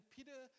Peter